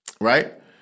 right